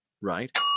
Right